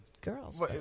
Girls